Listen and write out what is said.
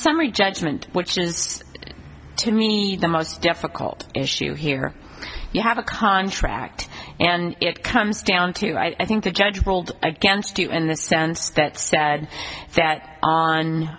summary judgment which is to me the most difficult issue here you have a contract and it comes down to i think the judge ruled against you in the sense that said that on